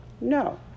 No